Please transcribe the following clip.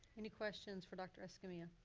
any questions for dr. escamilla?